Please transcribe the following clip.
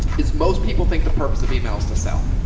is most people think the purpose of emails to sell.